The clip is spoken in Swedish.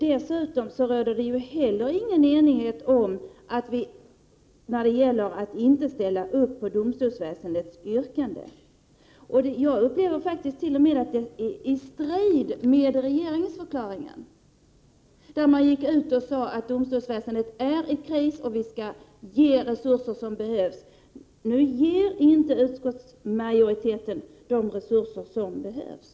Dessutom råder det inte heller enighet om att inte ställa sig bakom domstolsväsendets yrkande. Jag upplever faktiskt det t.o.m. så att det är i strid med regeringsförklaringen, där man sade att domstolsväsendet är i kris och att det skall få de resurser som behövs. Nu ger inte utskottsmajoriteten de resurser som behövs.